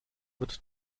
wird